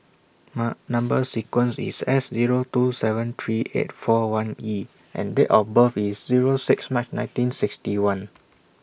Number sequence IS S Zero two seven three eight four one E and Date of birth IS Zero six March nineteen sixty one